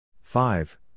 Five